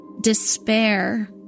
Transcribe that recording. despair